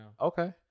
Okay